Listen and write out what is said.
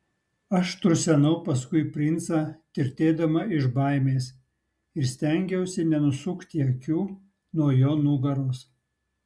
aš tursenau paskui princą tirtėdama iš baimės ir stengiausi nenusukti akių nuo jo nugaros